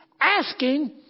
asking